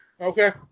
Okay